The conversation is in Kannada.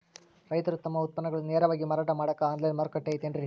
ರೈತರು ತಮ್ಮ ಉತ್ಪನ್ನಗಳನ್ನ ನೇರವಾಗಿ ಮಾರಾಟ ಮಾಡಾಕ ಆನ್ಲೈನ್ ಮಾರುಕಟ್ಟೆ ಐತೇನ್ರಿ?